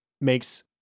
makes